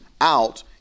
out